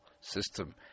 system